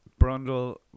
Brundle